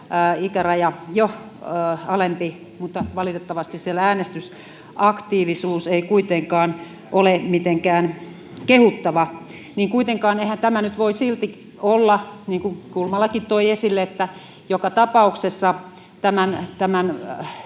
ikäraja jo alempi mutta siellä äänestysaktiivisuus ei kuitenkaan ole mitenkään kehuttava. Eihän tämä nyt kuitenkaan voi silti este olla, niin kuin Kulmalakin toi esille, eli joka tapauksessa tämän